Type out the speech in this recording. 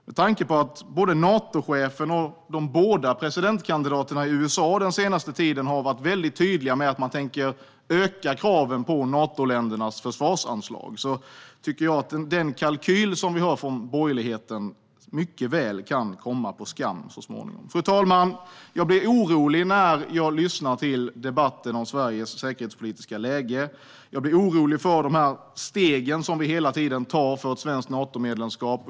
Med tanke på att både Natochefen och de båda presidentkandidaterna i USA den senaste tiden har varit väldigt tydliga med att man tänker öka kraven på Natoländernas försvarsanslag tror jag att borgerlighetens kalkyl mycket väl kan komma på skam så småningom. Fru talman! Jag blir orolig när jag lyssnar till debatten om Sveriges säkerhetspolitiska läge. Jag blir orolig för de steg som hela tiden tas mot ett svenskt Natomedlemskap.